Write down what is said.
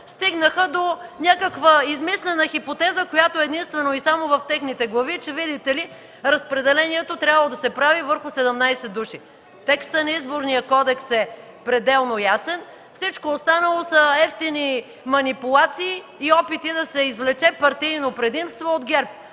стигнаха до някаква измислена хипотеза, която е единствено и само в техните глави, че видите ли, разпределението трябвало да се прави върху 17 души. Текстът на Изборния кодекс е пределно ясен. Всичко останало са евтини манипулации и опити да се извлече партийно предимство от ГЕРБ.